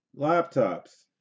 Laptops